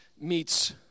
meets